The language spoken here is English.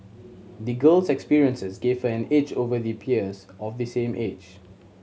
the girl's experiences gave her an edge over the peers of the same age